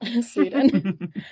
Sweden